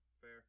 fair